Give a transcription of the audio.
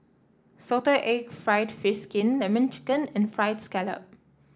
Salted Egg fried fish skin lemon chicken and fried scallop